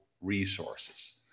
resources